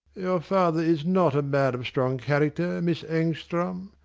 your father is not a man of strong character, miss engstrand.